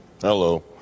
hello